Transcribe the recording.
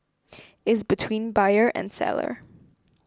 is between buyer and seller